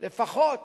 לפחות